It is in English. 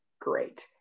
great